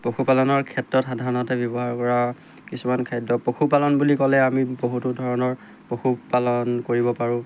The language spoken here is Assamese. পশুপালনৰ ক্ষেত্ৰত সাধাৰণতে ব্যৱহাৰ কৰা কিছুমান খাদ্য পশুপালন বুলি ক'লে আমি বহুতো ধৰণৰ পশুপালন কৰিব পাৰোঁ